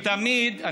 ותמיד,